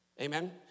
Amen